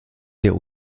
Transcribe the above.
der